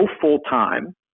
full-time